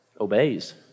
obeys